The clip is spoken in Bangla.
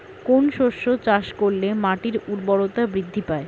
কোন শস্য চাষ করলে মাটির উর্বরতা বৃদ্ধি পায়?